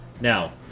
Now